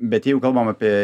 bet jeigu kalbam apie